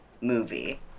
movie